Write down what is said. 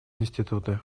институты